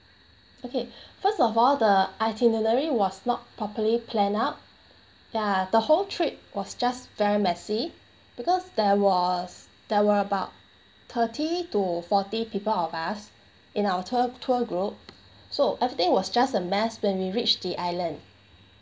okay first of all the itinerary was not properly planned out ya the whole trip was just very messy because there was there were about thirty to forty people of us in our tour tour group so everything was just a mess when we reach the island